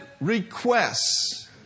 requests